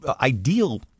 ideal